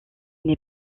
n’est